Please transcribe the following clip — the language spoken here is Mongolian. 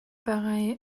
байгаа